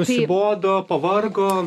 nusibodo pavargo